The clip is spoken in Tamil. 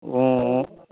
ம் ம்